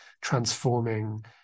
transforming